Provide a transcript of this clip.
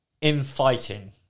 infighting